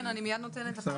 כן, אני מיד נותנת לך.